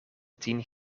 tien